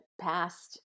past